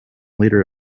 later